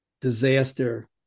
disaster